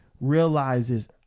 realizes